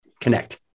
connect